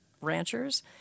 ranchers